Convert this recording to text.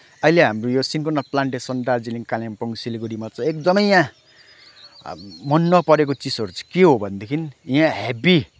अहिले हाम्रो यो सिनकोना प्लान्टेसन दार्जिलिङ कालिम्पोङ सिलगढीमा चाहिँ एकदमै यहाँ मन नपरेको चिजहरू चाहिँ के हो भनेदेखि यहाँ हेभी